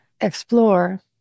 explore